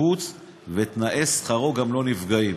בכל ההצעה לא נכנסתי כל כך לדקויות של מי מטפל